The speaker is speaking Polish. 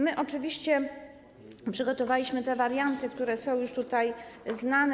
My oczywiście przygotowaliśmy te warianty, które są już tutaj znane.